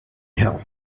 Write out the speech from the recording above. hill